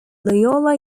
loyola